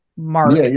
mark